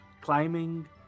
climbing